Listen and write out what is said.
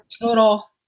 total